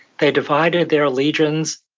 they divided their legions